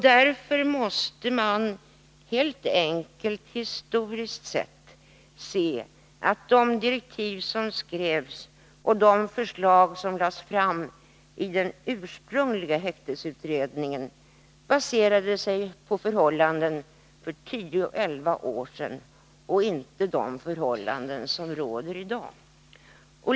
Därför måste man i det historiska perspektivet säga att de direktiv som skrevs och de förslag som lades fram av den ursprungliga häktningsutredningen baserades på förhållanden som rådde för tio elva år sedan och inte på de förhållanden som råder i dag.